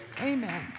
Amen